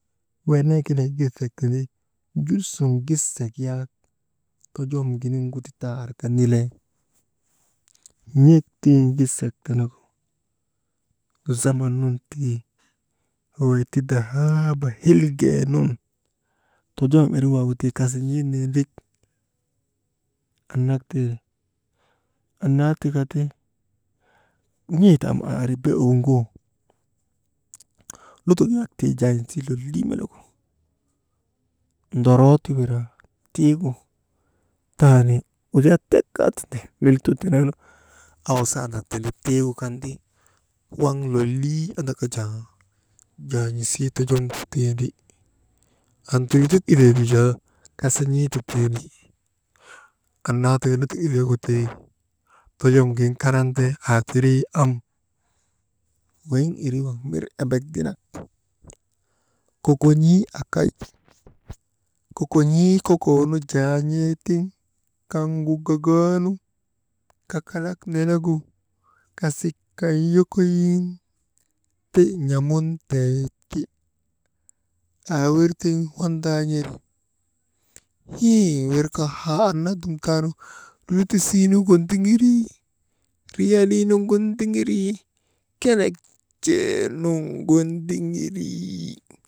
Wenee kelee gisek tindi, jul sungisek yak tojom giniŋgu ti taa arka nilee, n̰ek tiŋ gisek tenegu, zaman nun tii weyti dahaaba hilgee nun tojom irik waagu tii kasin̰ii neendrik, annak teri, annaa tika ti, n̰ee ta am aa ari bee owuŋgoo, lutok yak tii jaan̰isii lolii melegu ndoroo ti wiraa tiigu, taani, wujaa tek kaa tindi, dolo awsandak tindi, tiigu kan ti, waŋ lolii andaka jaa jaan̰isii tojomgutendri, anti lik ileegu jaa kasin̰ii ti tendri, anna tika ti lutok ileegu tii tojom gin karan ti aa tirii, am weyiŋ irii waŋ mir embek dinak kokon̰ii akay, kokon̰ii kokoonu jaa n̰ee tiŋ kaŋgu gagaanu kakalak nenegu kasik kan yokoyin, ti n̰amuntee ti, aa wir tiŋ wandaan̰ir hii wir kaa haa annaa dum taanu, lutisiinu ndiŋirii, riyaliinu ndiŋirii kelet jee nuŋgu ndiŋirii.